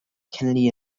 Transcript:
kennedy